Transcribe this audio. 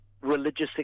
religious